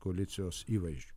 koalicijos įvaizdžio